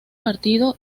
partido